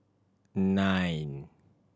nine